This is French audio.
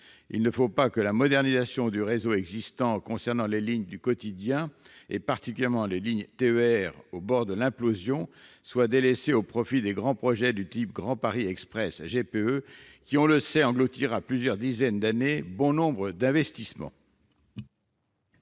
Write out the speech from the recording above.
Il ne faut pas que la modernisation du réseau existant, en ce qui concerne les lignes du quotidien, et particulièrement les lignes TER, qui sont au bord de l'implosion, soit délaissée au profit de grands projets tels que le Grand Paris Express : celui-ci, on le sait, engloutira en effet, sur plusieurs dizaines d'années, bon nombre d'investissements